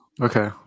Okay